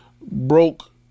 broke